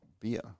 beer